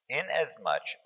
...inasmuch